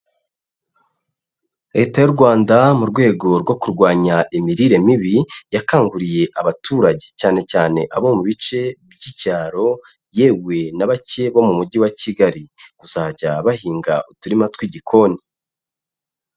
Leta y'u Rwanda mu rwego rwo kurwanya imirire mibi, yakanguriye abaturage cyane cyane abo mu bice by'icyaro yewe na bake bo mu mujyi wa Kigali, kuzajya bahinga uturima tw'igikoni.